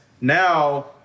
now